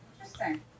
Interesting